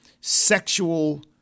sexual